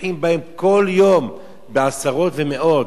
שטובחים בהם כל יום בעשרות ומאות.